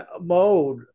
mode